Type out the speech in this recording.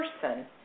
person